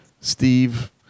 Steve